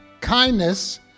kindness